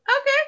Okay